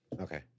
Okay